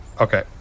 Okay